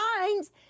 minds